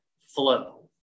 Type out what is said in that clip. flow